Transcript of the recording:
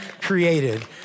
created